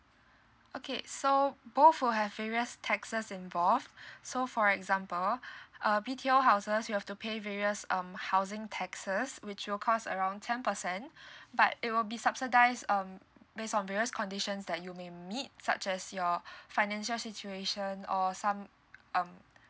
okay so both will have various taxes involved so for example a B_T_O houses you have to pay various um housing taxes which will cost around ten percent but it will be subsidise um based on various conditions that you may meet such as your financial situation or some um